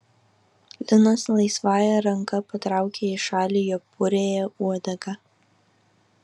linas laisvąja ranka patraukia į šalį jo puriąją uodegą